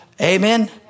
Amen